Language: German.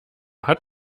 hat